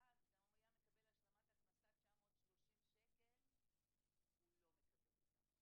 ואז גם אם הוא היה מקבל הבטחת הכנסה 930 ₪ הוא לא מקבל אותה.